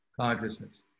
consciousness